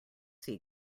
sea